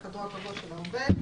בחדרו הקבוע של העובד.